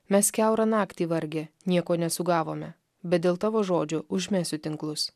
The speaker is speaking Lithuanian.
mes kiaurą naktį vargę nieko nesugavome bet dėl tavo žodžio užmesiu tinklus